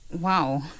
Wow